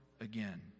again